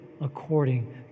according